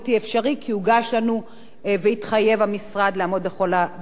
כי הוגש לנו והתחייב המשרד לעמוד בכל המקומות.